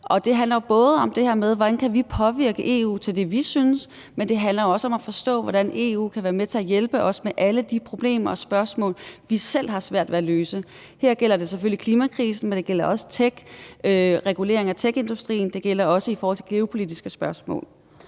det her med, hvordan vi kan påvirke EU til det, vi synes, men det handler også om at forstå, hvordan EU kan være med til at hjælpe os med alle de problemer og spørgsmål, vi selv har svært ved at løse. Her gælder det selvfølgelig klimakrisen, men det gælder også tech, regulering af techindustrien, og det gælder også i forhold til geopolitiske spørgsmål.